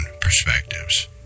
perspectives